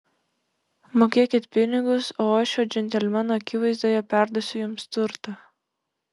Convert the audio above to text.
mokėkit pinigus o aš šio džentelmeno akivaizdoje perduosiu jums turtą